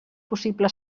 possible